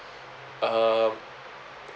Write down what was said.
um